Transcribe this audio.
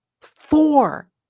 four